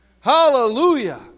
Hallelujah